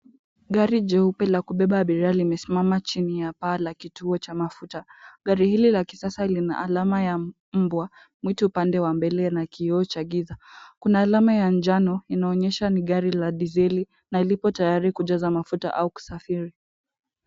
Gari jeupe la kubeba abiria limesimama chini ya paa la kituo cha mafuta, gari hili la kisasa lina alama ya mbwa mwitu pande wa mbele na kioo cha giza, Kuna alama ya njano, inaonyesha ni gari la dizeli na lipo tayari kujaza mafuta au kusafiri.